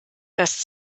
das